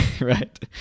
Right